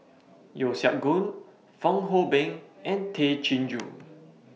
Yeo Siak Goon Fong Hoe Beng and Tay Chin Joo